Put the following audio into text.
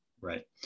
Right